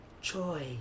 joy